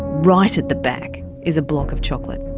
right at the back, is a block of chocolate.